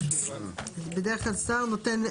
ברך כלל שר נותן,